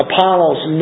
Apollos